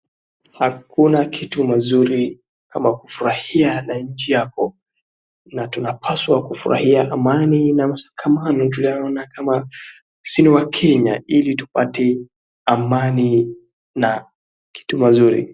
Hakuna kitu kizuri kama kufurahia na nchi yako, na tunapaswa kufurahia amani na watu tunaoona kama sio wakenya ili tupate amani.